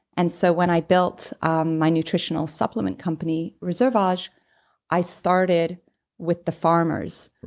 and so when i built my nutritional supplement company, reserveage i started with the farmers,